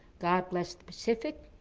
god bless the pacific.